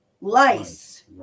Lice